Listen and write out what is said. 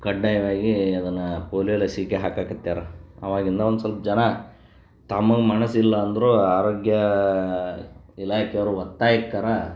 ಕಡ್ಡಾಯವಾಗಿ ಅದನ್ನು ಪೋಲಿಯೊ ಲಸಿಕೆ ಹಾಕಾಕತ್ಯಾರೆ ಅವಾಗಿಂದ ಒಂದು ಸ್ವಲ್ಪ ಜನ ತಮಗೆ ಮನಸಿಲ್ಲ ಅಂದರೂ ಆರೋಗ್ಯ ಇಲಾಖೆ ಅವ್ರ ಒತ್ತಾಯಕ್ಕಾರೂ